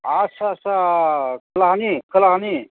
आच्चा आच्चा खोलाहानि खोलाहानि